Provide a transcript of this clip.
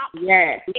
Yes